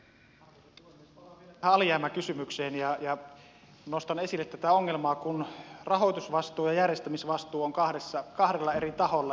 palaan vielä tähän alijäämäkysymykseen ja nostan esille tätä ongelmaa kun rahoitusvastuu ja järjestämisvastuu ovat kahdella eri taholla